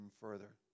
further